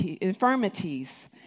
infirmities